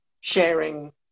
sharing